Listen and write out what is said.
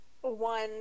one